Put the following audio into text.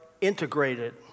integrated